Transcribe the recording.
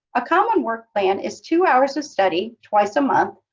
a common work plan is two hours of study twice a month,